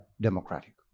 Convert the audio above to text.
democratic